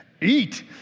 Eat